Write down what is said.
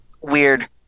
weird